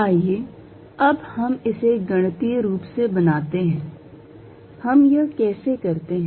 आइए अब हम इसे गणितीय रूप से बनाते हैं हम यह कैसे करते हैं